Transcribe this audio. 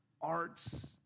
arts